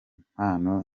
mpano